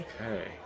Okay